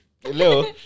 hello